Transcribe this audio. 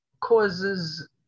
Causes